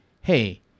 hey